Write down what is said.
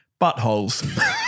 buttholes